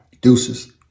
Deuces